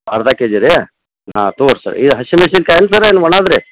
ಅರ್ಧ ಕೆಜಿ ರೀ ಹಾಂ ತೋರಿ ಸರ್ ಈ ಹಶಿಮೆಣ್ಶಿನ್ಕಾಯಿ ಅಲ್ಲ ಸರ ಒಣದ್ದು ರೀ